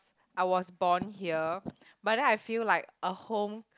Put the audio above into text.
I was born here but then I feel like a home